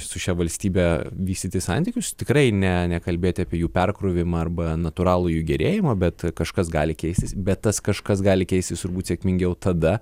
su šia valstybe vystyti santykius tikrai ne nekalbėti apie jų perkrovimą arba natūralų jų gerėjimą bet kažkas gali keistis bet tas kažkas gali keistis turbūt sėkmingiau tada